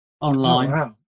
online